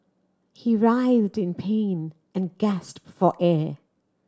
he writhed in pain and gasped for air